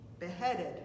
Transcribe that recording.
beheaded